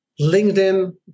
LinkedIn